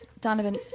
Donovan